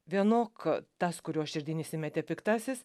vienok tas kurio širdin įsimetė piktasis